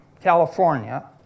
California